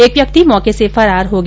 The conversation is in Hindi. एक व्यक्ति मौके से फरार हो गया